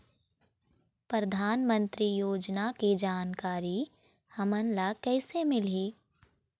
परधानमंतरी योजना के जानकारी हमन ल कइसे मिलही?